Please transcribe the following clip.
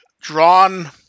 drawn